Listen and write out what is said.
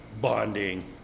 bonding